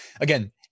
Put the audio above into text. again